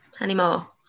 anymore